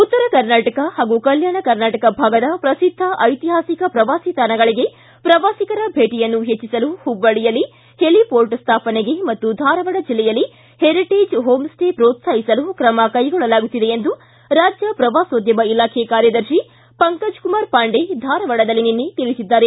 ಉತ್ತರ ಕರ್ನಾಟಕ ಹಾಗೂ ಕಲ್ಕಾಣ ಕರ್ನಾಟಕ ಭಾಗದ ಪ್ರಸಿದ್ಧ ಐತಿಹಾಸಿಕ ಪ್ರವಾಸಿ ತಾಣಗಳಗೆ ಪ್ರವಾಸಿಗರ ಭೇಟಿಯನ್ನು ಹೆಚ್ಚಿಸಲು ಹುಬ್ಬಳ್ಳಿಯಲ್ಲಿ ಹೆಲಿಮೋರ್ಟ್ ಸ್ಥಾಪನೆಗೆ ಮತ್ತು ಧಾರವಾಡ ಜಿಲ್ಲೆಯಲ್ಲಿ ಹೆರಿಟೆಜ್ ಹೋಮ್ ಸ್ಟೇ ಪೋತ್ಸಾಹಿಸಲು ಕ್ರಮ ಕೈಗೊಳ್ಳಲಾಗುತ್ತಿದೆ ಎಂದು ರಾಜ್ಯ ಶ್ರವಾಸೋದ್ಯಮ ಇಲಾಖೆ ಕಾರ್ಯದರ್ತಿ ಪಂಕಜ್ಕುಮಾರ ಪಾಂಡೆ ಧಾರವಾಡದಲ್ಲಿ ನಿನ್ನೆ ಹೇಳಿದ್ದಾರೆ